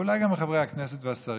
ואולי גם מחברי הכנסת והשרים,